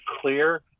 clear